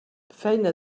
feina